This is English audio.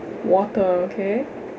water okay